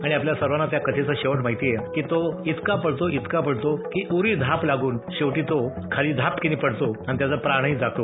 आणि आपल्या सर्वांना त्या कथेचा शेवट माहितीये की तो इतका पळतो की उरी धाप लागून शेवटी तो खाली धापकीनी पडतो अन् त्याचा प्राणही जातो